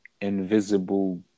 invisible